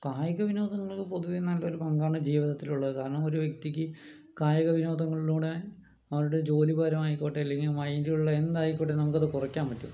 കായിക വിനോദങ്ങള് പൊതുവെ നല്ലൊരു പങ്കാണ് ജീവിതത്തിലുള്ളത് കാരണം ഒരു വ്യക്തിക്ക് കായിക വിനോദങ്ങളിലൂടെ അവരുടെ ജോലി ഭാരമായിക്കോട്ടെ അല്ലെങ്കിൽ മൈൻഡിലുള്ള എന്തായിക്കോട്ടെ നമുക്കത് കുറയ്ക്കാൻ പറ്റും